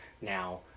now